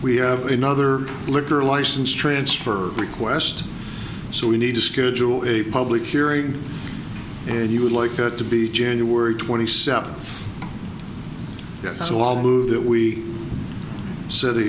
we have another liquor license transfer request so we need to schedule a public hearing and you would like it to be january twenty seventh as all move that we set